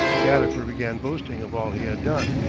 gadifer began boasting of all he had done,